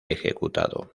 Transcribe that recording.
ejecutado